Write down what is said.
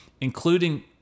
including